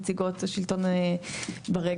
נציגות השלטון האזורי,